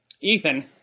Ethan